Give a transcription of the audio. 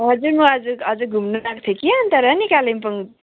हजुर म आज आज घुम्नु गएको थिएँ कि अन्त र नि कालिम्पोङ